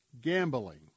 gambling